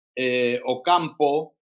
Ocampo